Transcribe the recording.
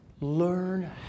Learn